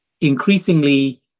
increasingly